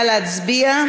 נא להצביע.